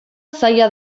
zaila